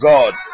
God